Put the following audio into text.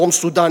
דרום-סודן,